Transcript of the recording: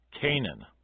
Canaan